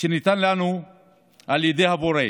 שניתן לנו על ידי הבורא.